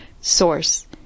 Source